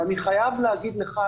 אני חייב להגיד לך,